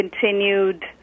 continued